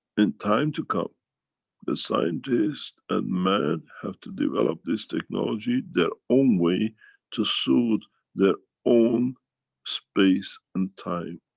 in time to come the scientist and man have to develop this technology their own way to suit their own space and time.